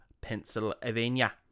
Pennsylvania